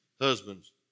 Husbands